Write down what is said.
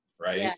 Right